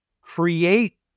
create